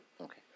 Okay